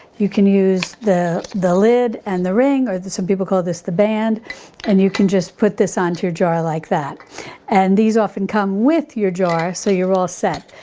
you can use the the lid and the ring or some people call this the band and you can just put this onto your jar like that and these often come with your jar so you're all set,